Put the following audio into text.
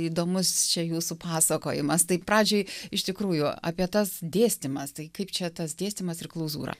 įdomus čia jūsų pasakojimas tai pradžioj iš tikrųjų apie tas dėstymas tai kaip čia tas dėstymas ir klauzūra